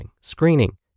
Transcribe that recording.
screening